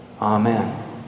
Amen